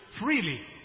freely